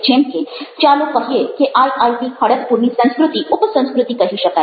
જેમ કે ચાલો કહીએ કે આઈઆઈટી ખડગપુર ની સંસ્કૃતિ ઉપસંસ્કૃતિ કહી શકાય